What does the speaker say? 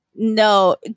No